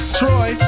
troy